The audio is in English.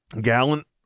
Gallant